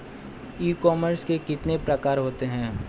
ई commerce के कितने प्रकार होते हैं?